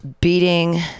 beating